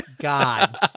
god